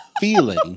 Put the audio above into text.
Feeling